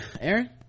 Aaron